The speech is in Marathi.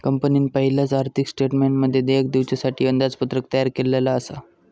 कंपनीन पयलाच आर्थिक स्टेटमेंटमध्ये देयक दिवच्यासाठी अंदाजपत्रक तयार केल्लला आसा